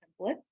templates